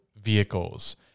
vehicles